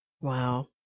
Wow